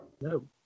No